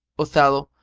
othello,